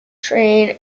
train